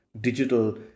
digital